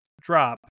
drop